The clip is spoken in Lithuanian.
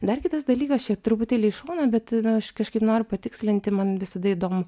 dar kitas dalykas čia truputėlį į šoną bet aš kažkaip noriu patikslinti man visada įdomu